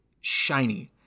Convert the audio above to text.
shiny